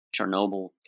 Chernobyl